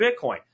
Bitcoin